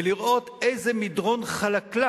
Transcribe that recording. ולראות באיזה מדרון חלקלק